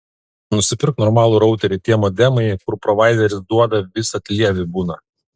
nusipirk normalų routerį tie modemai kur provaideris duoda visad lievi būna